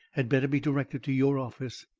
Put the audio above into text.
had better be directed to your office.